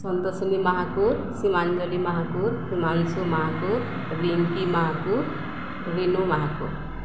Santoshini Mahakud Simanjali Mahakud Himanshu Mahakud Rinki Mahakud Rinu Mahakud